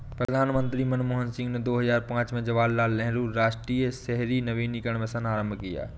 प्रधानमंत्री मनमोहन सिंह ने दो हजार पांच में जवाहरलाल नेहरू राष्ट्रीय शहरी नवीकरण मिशन आरंभ किया